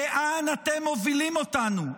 לאן אתם מובילים אותנו?